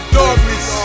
darkness